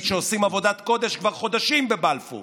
שעושים עבודת קודש כבר חודשים בבלפור